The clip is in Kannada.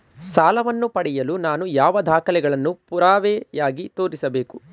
ಸಾಲವನ್ನು ಪಡೆಯಲು ನಾನು ಯಾವ ದಾಖಲೆಗಳನ್ನು ಪುರಾವೆಯಾಗಿ ತೋರಿಸಬೇಕು?